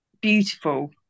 beautiful